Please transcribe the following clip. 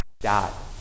dot